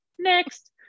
next